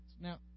Now